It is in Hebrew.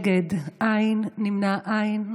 בעד, שלושה, נגד, אין, נמנעים, אין.